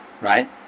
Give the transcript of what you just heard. Right